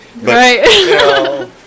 Right